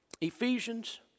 Ephesians